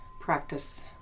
practice